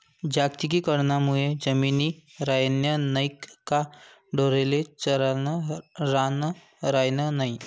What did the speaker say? जागतिकीकरण मुये जमिनी रायन्या नैत का ढोरेस्ले चरानं रान रायनं नै